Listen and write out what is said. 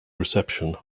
reception